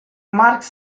marx